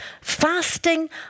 Fasting